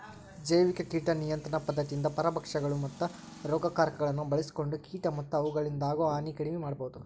ಜೈವಿಕ ಕೇಟ ನಿಯಂತ್ರಣ ಪದ್ಧತಿಯಿಂದ ಪರಭಕ್ಷಕಗಳು, ಮತ್ತ ರೋಗಕಾರಕಗಳನ್ನ ಬಳ್ಸಿಕೊಂಡ ಕೇಟ ಮತ್ತ ಅವುಗಳಿಂದಾಗೋ ಹಾನಿ ಕಡಿಮೆ ಮಾಡಬೋದು